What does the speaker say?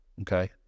Okay